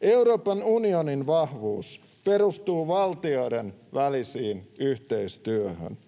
Euroopan unionin vahvuus perustuu valtioiden väliseen yhteistyöhön.